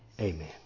amen